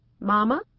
Mama